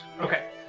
Okay